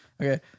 Okay